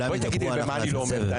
בואי ותגידי מה אני לא אומר.